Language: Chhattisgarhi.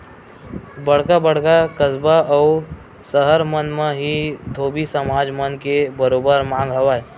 बड़का बड़का कस्बा अउ सहर मन म ही धोबी समाज मन के बरोबर मांग हवय